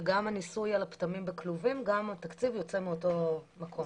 וגם התקציב לניסוי על הפטמים בכלובים יוצא מאותו מקום.